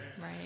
Right